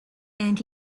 and